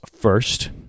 first